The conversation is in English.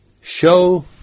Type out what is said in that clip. show